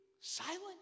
silent